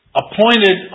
appointed